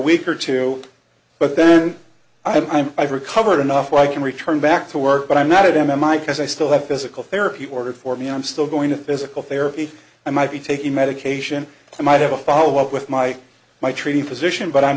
week or two but then i'm i've recovered enough where i can return back to work but i'm not a demo micah's i still have physical therapy ordered for me i'm still going to physical therapy i might be taking medication i might have a follow up with my my treating physician but i'm